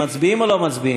מצביעים או לא מצביעים?